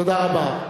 תודה רבה.